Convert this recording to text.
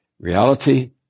Reality